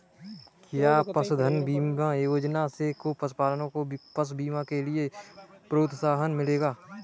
क्या पशुधन बीमा योजना से पशुपालकों को पशु बीमा के लिए प्रोत्साहन मिलेगा?